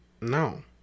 No